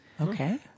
Okay